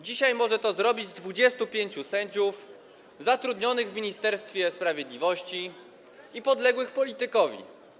Dzisiaj może to zrobić 25 sędziów zatrudnionych w Ministerstwie Sprawiedliwości i podległych politykowi.